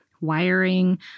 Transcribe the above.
wiring